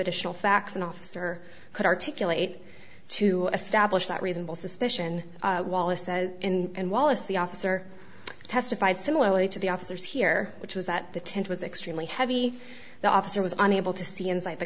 additional facts an officer could articulate to establish that reasonable suspicion wallace says and wallace the officer testified similarly to the officers here which was that the tent was extremely heavy the officer was unable to see in